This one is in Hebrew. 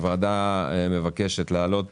הוועדה מבקשת להעלות